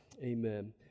Amen